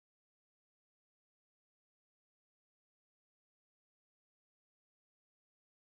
it's just like when you like going out you see those bangla they're doing so hard work